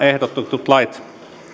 ehdotetut lait